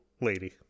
lady